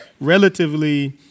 relatively –